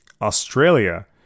Australia